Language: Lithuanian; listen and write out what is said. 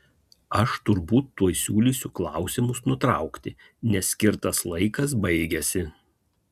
aš turbūt tuoj siūlysiu klausimus nutraukti nes skirtas laikas baigiasi